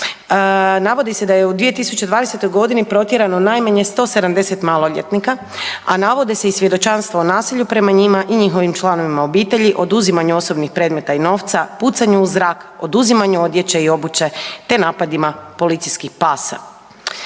navodi se da je u 2020. godini protjerano najmanje 170 maloljetnika, a navode se i svjedočanstva o nasilju prema njima i njihovim članovima obitelji, oduzimanje osobnih predmeta i novca, pucanje u zrak, oduzimanje odjeće i obuće te napadima policijskih pasa.